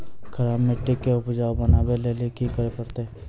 खराब मिट्टी के उपजाऊ बनावे लेली की करे परतै?